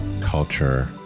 Culture